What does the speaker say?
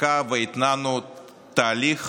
והתנענו תהליך